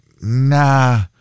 nah